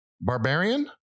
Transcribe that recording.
Barbarian